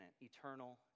eternal